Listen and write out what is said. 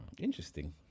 Interesting